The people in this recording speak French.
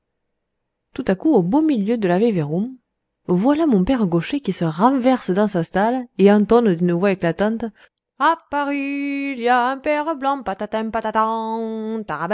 tout à coup au beau milieu de l ave verum voilà mon père gaucher qui se renverse dans sa stalle et entonne d'une voix éclatante dans paris